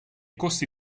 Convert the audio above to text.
costi